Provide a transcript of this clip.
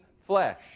flesh